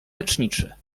leczniczy